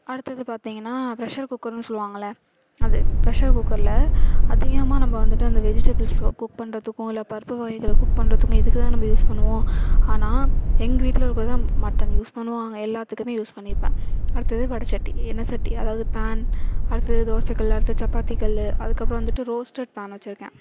அடுத்தது பார்த்திங்கன்னா ப்ரெஷ்ஷர் குக்கர்ன்னு சொல்லுவாங்கள் அது ப்ரெஷ்ஷர் குக்கர்ல அதிகமாக நம்ம வந்துட்டு அந்த வெஜிடபுள்ஸ் குக் பண்ணுறத்துக்கும் இல்லை பருப்பு வகைகளை குக் பண்ணுறத்துக்கும் இதுக்கு தான் நம்ம யூஸ் பண்ணுவோம் ஆனால் எங்கள் வீட்டில இருக்கிறதுல மட்டன் யூஸ் பண்ணுவாங்க எல்லாத்துக்குமே யூஸ் பண்ணிப்பேன் அடுத்தது வடை சட்டி எண்ணெய் சட்டி அதாவது பேன் அடுத்தது தோசை கல் அடுத்தது சப்பாத்தி கல் அதுக்கப்புறம் வந்துட்டு ரோஸ்டட் பேன் வச்சிருக்கேன்